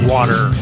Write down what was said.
Water